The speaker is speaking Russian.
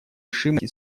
решимости